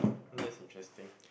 that's interesting